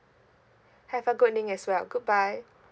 have a good morning as well goodbye